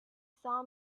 saw